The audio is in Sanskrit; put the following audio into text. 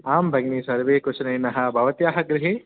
आम् भगिनी सर्वे कुशलिनः भवत्याः गृहे